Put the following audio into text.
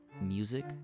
music